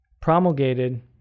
promulgated